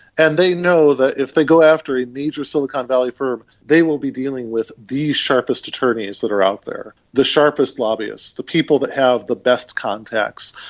and they know that if they go after a major silicon valley firm they will be dealing with the sharpest attorneys that are out there, the sharpest lobbyists, the people that have the best contacts,